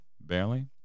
Barely